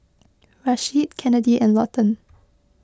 Rasheed Kennedi and Lawton